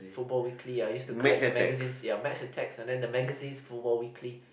football weekly I used to collect the magazines ya Max and Tax and then the magazines football weekly